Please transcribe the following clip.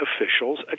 officials